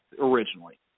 originally